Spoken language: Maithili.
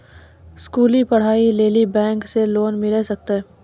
स्कूली पढ़ाई लेली बैंक से लोन मिले सकते?